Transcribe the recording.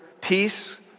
peace